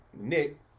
Nick